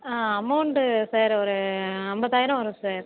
ஆ amount sir ஒரு ஐம்பதாயிரம் வரும் சார்